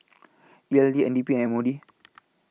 E L D N D P and M O D